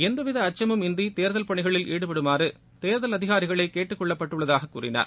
எந்தவித அச்சமும் இன்றி தேர்தல் பணிகளில் ஈடுபடுமாறு தேர்தல் அதிகாரிகளை கேட்டுக் கொள்ளப்பட்டுள்ளதாகக் கூறினார்